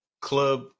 club